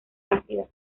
ácidas